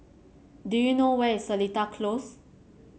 do you know where is Seletar Close